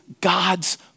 God's